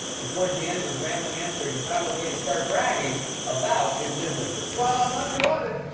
and towards the end of his rambling answer, he found a way to start bragging about his businesses. while i'm under audit,